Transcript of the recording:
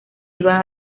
iba